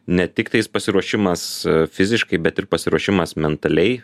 ne tiktais pasiruošimas fiziškai bet ir pasiruošimas momentaliai